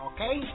Okay